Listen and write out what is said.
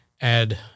add